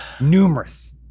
numerous